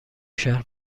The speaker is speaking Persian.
شهر